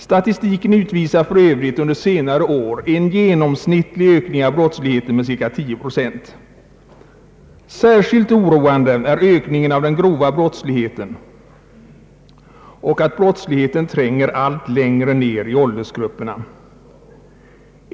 Statistiken utvisar för övrigt under senare år en genomsnittlig ökning av brottsligheten med cirka 10 procent. Särskilt oroande är ökningen av den grova brottsligheten och att brottsligheten tränger allt längre ned i åldersgrupperna.